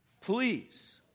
Please